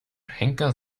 henker